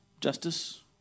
Justice